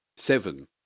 Seven